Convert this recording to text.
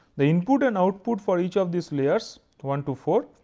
the input and output for each of these layers to one to four,